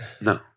No